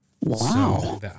Wow